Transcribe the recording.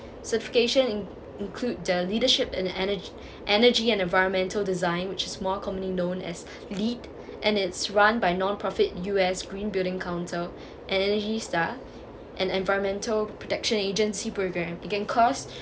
suffocation in~ include the leadership in energy energy and environmental design which is more commonly known as LEAD and it's run by nonprofit U_S green building council and energy star and environmental protection agency programme and it can cost